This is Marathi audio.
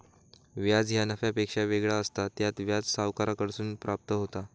व्याज ह्या नफ्यापेक्षा वेगळा असता, त्यात व्याज सावकाराकडसून प्राप्त होता